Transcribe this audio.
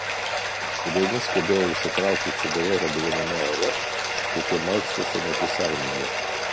vieni skubėjo užsitraukti cigaretę gryname ore kiti markstėsi nuo pusiaumiegio